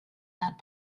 that